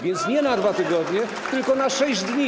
Więc nie na 2 tygodnie, tylko na 6 dni.